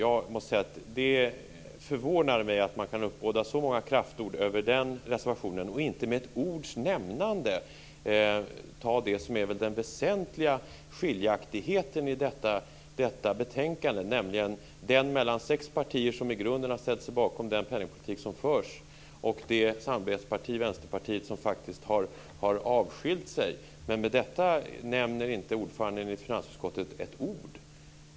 Det förvånar mig att man kan uppbåda så många kraftord över den reservationen och inte med ett ord nämna det som är den väsentliga skiljaktigheten i detta betänkande, nämligen den mellan sex partier som i grunden har ställt sig bakom den penningpolitik som förs och det samvetsparti, Vänsterpartiet, som faktiskt har avskiljt sig. Detta nämner inte ordföranden i finansutskottet med ett ord.